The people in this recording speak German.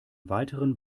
weiteren